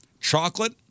Chocolate